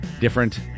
different